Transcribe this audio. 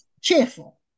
cheerful